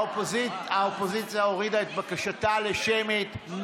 האופוזיציה הורידה את בקשתה לשמית.